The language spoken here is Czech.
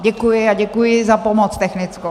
Děkuji a děkuji za pomoc technickou.